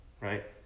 right